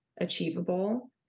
achievable